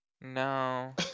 No